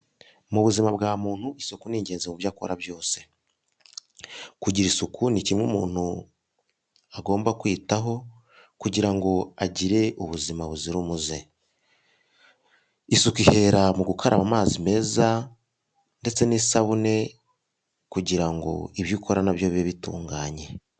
Mu buzima bwa muntu isuku nigenzi mu byo akora byose kugira isuku ni kimwe agomba kwitaho kugira ngo agire ubuzima buzira umuze isuku ihera mu gukaraba amazi meza ndetse n'isabune kugira ngo ibyo ukora nabyo bibe bitunganye.